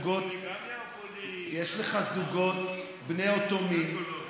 יש לך זוגות בני אותו מין